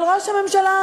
אבל ראש הממשלה,